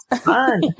fun